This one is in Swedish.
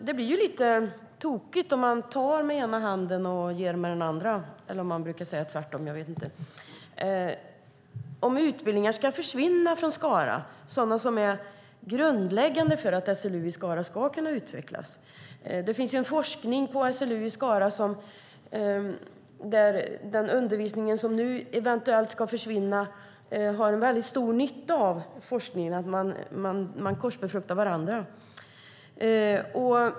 Det blir dock lite tokigt om man tar med ena handen och ger med den andra, eller om man brukar säga tvärtom, och utbildningar som är grundläggande för att SLU i Skara ska kunna utvecklas försvinner. Forskningen på SLU i Skara har stor nytta av den utbildning som nu eventuellt ska försvinna, och vice versa. Man korsbefruktar varandra.